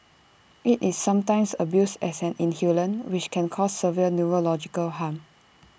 IT is sometimes abused as an inhalant which can cause severe neurological harm